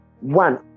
One